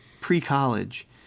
pre-college